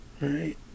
Right